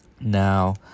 Now